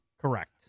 Correct